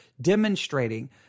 demonstrating